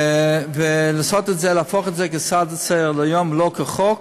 אם תהפוך את זה להצעה לסדר-היום, לא חוק,